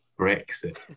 Brexit